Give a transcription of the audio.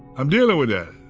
i'm dealing with that.